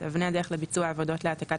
אבני הדרך לביצוע העבודות להעתקת